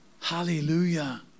Hallelujah